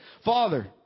Father